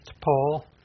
Paul